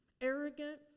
arrogant